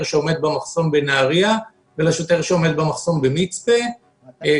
שעומד במחסום בנהריה ולשוטר שעומד במחסום במצפה רמון,